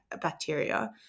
bacteria